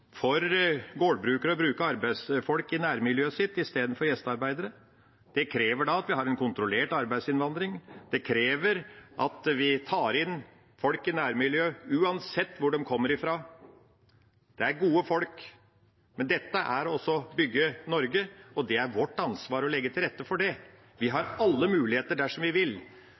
for gårdbrukere å bruke arbeidsfolk i nærmiljøet sitt istedenfor gjestearbeidere. Det krever at vi har en kontrollert arbeidsinnvandring. Det krever at vi tar inn folk i nærmiljøet uansett hvor de kommer fra. Det er gode folk. Dette er også å bygge Norge, og det er vårt ansvar å legge til rette for det. Vi har alle muligheter dersom vi vil.